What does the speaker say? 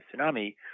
tsunami